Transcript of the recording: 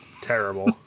Terrible